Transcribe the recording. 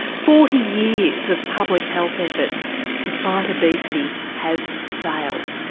forty years of public health efforts to fight obesity have failed.